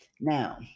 Now